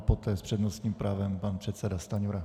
Poté s přednostním právem pan předseda Stanjura.